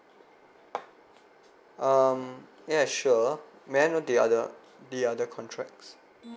um ya sure may I know the other the other contracts